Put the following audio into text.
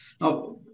Now